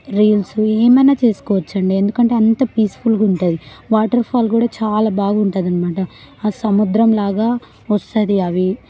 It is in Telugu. రీల్స్ ఏమైనా చేసుకోవచ్చండీ ఎందుకంటే అంత పీస్ఫుల్గా ఉంటుంది వాటర్ఫాల్ కూడా చాలా బాగుంటుందన్నమాట ఆ సముద్రం లాగా వస్తుంది అవి